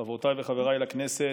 חברותיי וחבריי לכנסת,